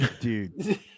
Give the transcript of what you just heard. dude